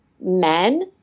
men